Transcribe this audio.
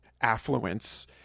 affluence